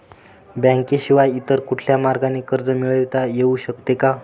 बँकेशिवाय इतर कुठल्या मार्गाने कर्ज मिळविता येऊ शकते का?